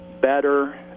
better